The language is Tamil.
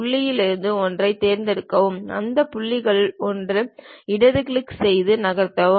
புள்ளிகளில் ஒன்றைத் தேர்ந்தெடுங்கள் அந்த புள்ளிகளில் ஒன்றில் இடது கிளிக் செய்து நகர்த்தவும்